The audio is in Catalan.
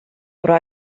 però